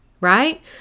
right